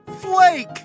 flake